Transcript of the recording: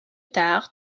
tard